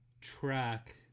track